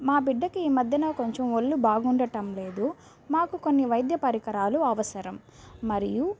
మా బిడ్డకి ఈ మధ్యా కొంచెం ఒళ్ళు బాగుండటం లేదు మాకు కొన్ని వైద్య పరికరాలు అవసరం మరియు